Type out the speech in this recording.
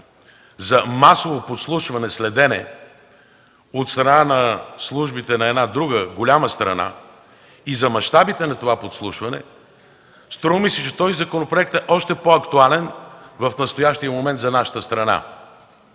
за масово подслушване и следене от страна на службите на една друга, голяма страна, и за мащабите на това подслушване, струва ми се, че този законопроект е още по-актуален в настоящия момент за нашата страна.